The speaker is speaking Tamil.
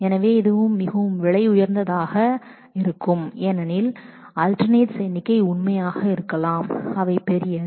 எனவே இது மிகவும் விலை உயர்ந்ததாக இருக்கும் ஏனெனில் அல்டெரநேட்ஸ் எண்ணிக்கை அதிகம் இருக்கலாம் அவை பெரியது